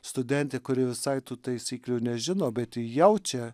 studentė kuri visai tų taisyklių nežino bet ji jaučia